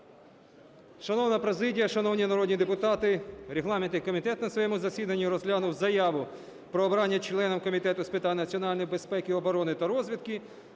Шановна президія, шановні народні депутати, регламентний комітет на своєму засіданні розглянув заяву про обрання членом Комітету з питань національної безпеки, оборони та розвідки